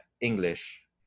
English